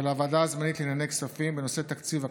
ולוועדה הזמנית לענייני כספים בנושא תקציב הכנסת,